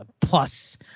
plus